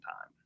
time